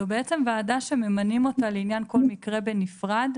זאת בעצם ועדה שממנים אותה לעניין כל מקרה בנפרד?